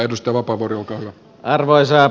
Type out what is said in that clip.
edustaja vapaavuori olkaa hyvä